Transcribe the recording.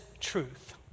truth